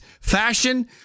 fashion